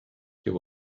you